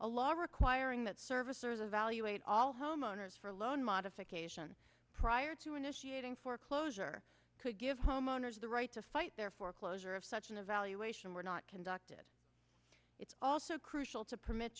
alarm requiring that servicers evaluate all homeowners for a loan modification prior to initiating foreclosure could give homeowners the right to fight their foreclosure of such an evaluation were not conducted it's also crucial to permit